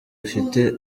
ufite